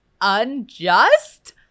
unjust